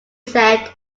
said